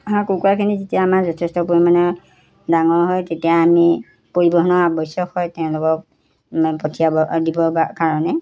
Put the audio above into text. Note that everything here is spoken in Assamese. হাঁহ কুকুৰাখিনি যেতিয়া আমাৰ যথেষ্ট পৰিমাণে ডাঙৰ হয় তেতিয়া আমি পৰিৱহণৰ আৱশ্যক হয় তেওঁলোকক পঠিয়াব দিবৰ কাৰণে